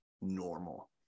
normal